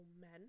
men